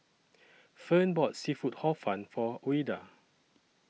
Fern bought Seafood Hor Fun For Ouida